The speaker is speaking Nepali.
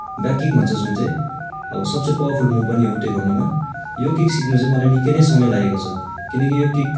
ब्याक किक् भन्छ जुन चाहिँ अब सबसे पावरफुल मुभ पनि हो टेकोन्डोमा यो किक् सिक्नु चाहिँ मलाई निकै नै समय लागेको छ किनकि यो किक्